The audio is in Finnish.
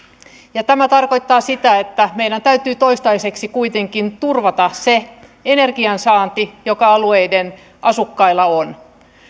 tämä tarkoittaa sitä että meidän täytyy toistaiseksi kuitenkin turvata se energian saanti joka alueiden asukkailla on